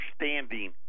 understanding